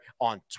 on